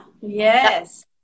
Yes